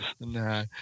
No